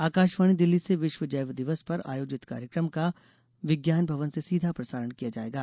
आकाशवाणी दिल्ली से विश्व जैव दिवस पर आयोजित कार्यक्रम का विज्ञान भवन से सीधा प्रसारण किया जाएगा